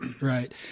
Right